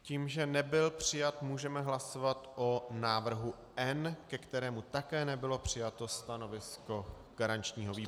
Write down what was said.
Tím, že nebyl přijat, můžeme hlasovat o návrhu N, ke kterému také nebylo přijato stanovisko garančního výboru.